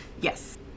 Yes